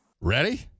Ready